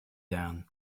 down